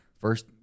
first